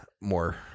more